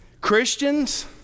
Christians